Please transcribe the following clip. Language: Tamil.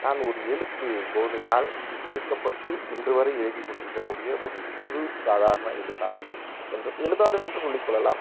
நான் ஒரு எழுத்து போதையால் ஈர்க்கப்பட்டு இன்று வரை எழுதிக் கொண்டிருக்கக்கூடிய ஒரு சிறு சாதாரண எழுத்தாளனும் என்று எழுத்தாளன் என்று சொல்லிக்கொள்ளலாம்